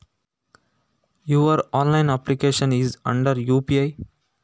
ನಿಮ್ಮ online application UPI ನ under ಉಂಟಾ